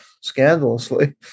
scandalously